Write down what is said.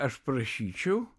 aš prašyčiau